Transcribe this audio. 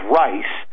rice